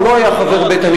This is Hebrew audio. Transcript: הוא לא היה חבר בית-הנבחרים,